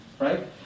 right